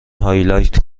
هایلایت